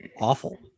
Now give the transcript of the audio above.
awful